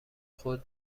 خود